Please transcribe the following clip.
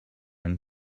and